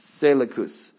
Seleucus